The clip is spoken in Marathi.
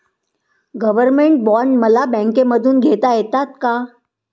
गव्हर्नमेंट बॉण्ड मला बँकेमधून घेता येतात का?